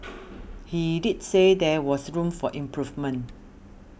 he did say there was room for improvement